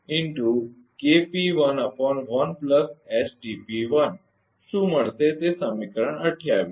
તો શું મળશે તે સમીકરણ 28 છે